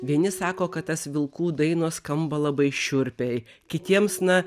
vieni sako kad tas vilkų dainos skamba labai šiurpiai kitiems na